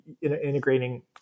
integrating